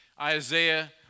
Isaiah